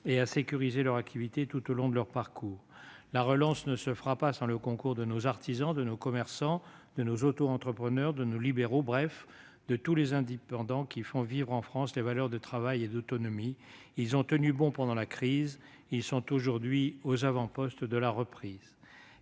et à sécuriser leur activité tout au long de leur parcours. La relance ne se fera pas sans le concours de nos artisans, de nos commerçants, de nos autoentrepreneurs, de nos professions libérales, bref, de tous les indépendants qui font vivre en France les valeurs de travail et d'autonomie. Ils ont tenu bon pendant la crise ; ils sont aujourd'hui aux avant-postes de la reprise.